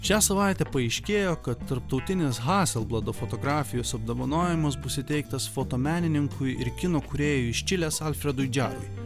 šią savaitę paaiškėjo kad tarptautinis haselblado fotografijos apdovanojimas bus įteiktas fotomenininkui ir kino kūrėjui iš čilės alfredui džarui